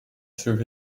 through